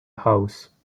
house